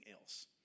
else